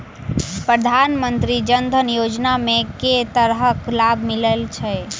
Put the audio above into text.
प्रधानमंत्री जनधन योजना मे केँ तरहक लाभ मिलय छै?